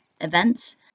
events